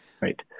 right